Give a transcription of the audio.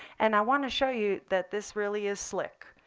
and i want to show you that this really is slick.